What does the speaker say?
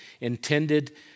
intended